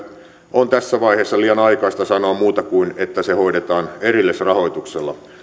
on tässä vaiheessa liian aikaista sanoa muuta kuin että se hoidetaan erillisrahoituksella